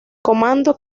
comando